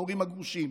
ההורים הגרושים,